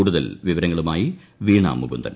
കൂടുതൽ വിവരങ്ങളുമായി വീണ മുകുന്ദൻ